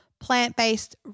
plant-based